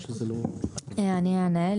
אני אענה,